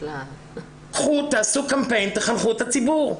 קחו, תעשו קמפיין, תחנכו את הציבור.